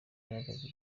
bagabye